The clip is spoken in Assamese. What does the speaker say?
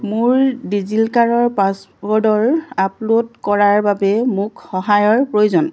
মোৰ ডি জি লকাৰৰ পাছৱৰ্ডৰ আপলোড কৰাৰ বাবে মোক সহায়ৰ প্ৰয়োজন